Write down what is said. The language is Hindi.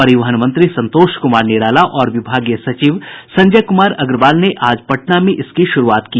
परिवहन मंत्री संतोष कुमार निराला और विभागीय सचिव संजय कुमार अग्रवाल ने आज पटना में इसकी शुरूआत की